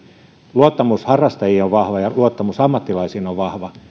luottamus harrastajiin on vahva ja luottamus ammattilaisiin on vahva